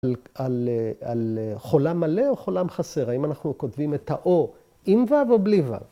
‫על חולם מלא או חולם חסר? ‫האם אנחנו כותבים את ה-או, ‫עם ואו בלי ואו?